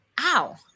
ow